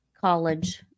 college